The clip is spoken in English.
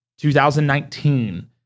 2019-